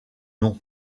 nom